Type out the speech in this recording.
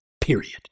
period